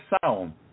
sound